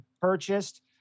purchased